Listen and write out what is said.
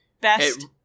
Best